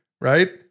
right